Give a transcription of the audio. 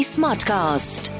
Smartcast